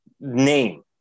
name